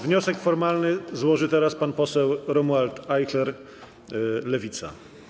Wniosek formalny złoży pan poseł Romuald Ajchler, Lewica.